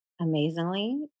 amazingly